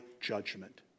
judgment